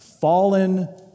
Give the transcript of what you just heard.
fallen